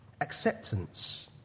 Acceptance